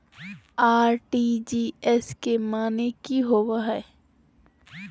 RTGS के माने की होबो है?